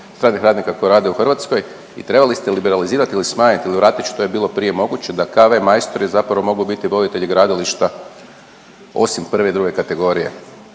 stranih radnika koji rade u Hrvatskoj. I trebali ste liberalizirati ili smanjit ili vratit što je bilo prije moguće da KV majstori zapravo mogu biti voditelji gradilišta osim prve i druge kategorije.